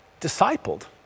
discipled